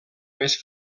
més